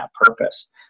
purpose